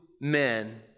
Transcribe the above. men